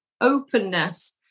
openness